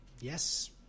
Yes